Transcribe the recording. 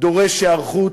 דורש היערכות,